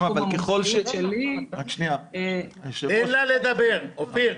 ככל ש --- תן לה לדבר, אופיר.